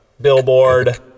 Billboard